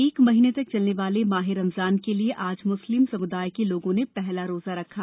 एक महीने तक चलते वाले माह ए रमजान के लिए थे ज म्स्लिम सम्दाय के लोगों ने हला रोजा रखा